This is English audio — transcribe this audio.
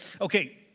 Okay